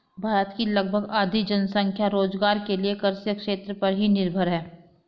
भारत की लगभग आधी जनसंख्या रोज़गार के लिये कृषि क्षेत्र पर ही निर्भर है